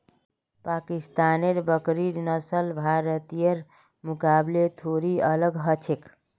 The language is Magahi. पाकिस्तानेर बकरिर नस्ल भारतीयर मुकाबले थोड़ी अलग ह छेक